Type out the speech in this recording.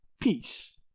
peace